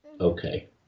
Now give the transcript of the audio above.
Okay